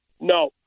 No